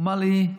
אמר לי: